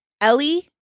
Ellie